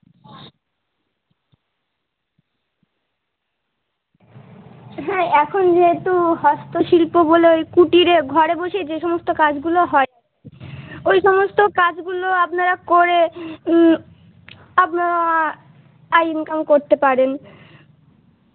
হ্যাঁ এখন যেহেতু হস্তশিল্পগুলো এই কুটিরে ঘরে বসে যে সমস্ত কাজগুলো হয় ওই সমস্ত কাজগুলো আপনারা করে আপনারা ইনকাম করতে পারেন